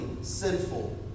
sinful